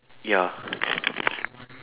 ya